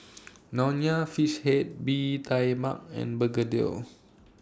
Nonya Fish Head Bee Tai Mak and Begedil